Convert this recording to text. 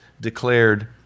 declared